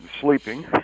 sleeping